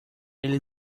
ele